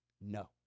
no